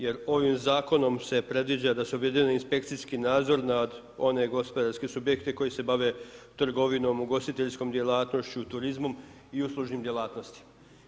Jer ovim zakonom se predviđa da se objedini inspekcijski nadzor nad one gospodarske subjekte koji se bave trgovinom, ugostiteljskom djelatnošću, turizmom i uslužnim djelatnostima.